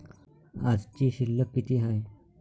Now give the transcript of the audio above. आजची शिल्लक किती हाय?